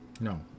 No